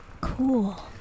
Cool